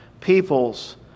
peoples